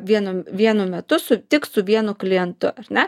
vienu vienu metu su tik su vienu klientu ar ne